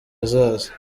hazaza